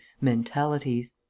mentalities